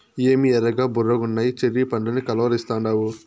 ఏమి ఎర్రగా బుర్రగున్నయ్యి చెర్రీ పండ్లని కలవరిస్తాండావు